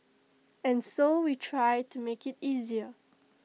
and so we try to make IT easier